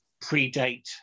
predate